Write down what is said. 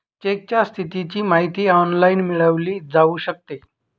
चेकच्या स्थितीची माहिती ऑनलाइन मिळवली जाऊ शकते